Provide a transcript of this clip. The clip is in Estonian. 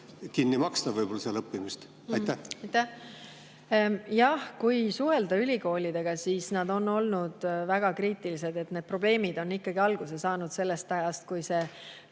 minu teada ei ole kõrgharidus tasuta. Aitäh! Jah, kui suhelda ülikoolidega, siis nad on olnud väga kriitilised, et need probleemid on ikkagi alguse saanud sellest ajast, kui see